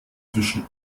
zwischen